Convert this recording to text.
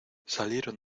salieron